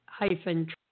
Hyphen